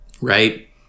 right